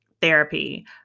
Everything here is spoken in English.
therapy